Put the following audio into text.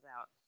out